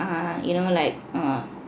err you know like err